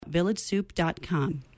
VillageSoup.com